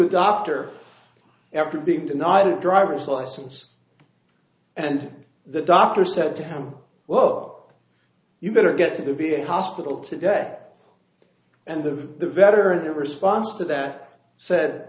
the doctor after being denied a driver's license and the doctor said to him whoa you better get to the v a hospital today and the veteran of response to that said